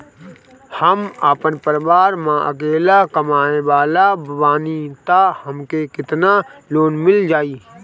हम आपन परिवार म अकेले कमाए वाला बानीं त हमके केतना लोन मिल जाई?